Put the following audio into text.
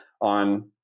on